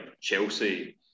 Chelsea